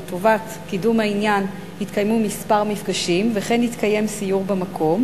לטובת קידום העניין התקיימו כמה מפגשים וכן התקיים סיור במקום,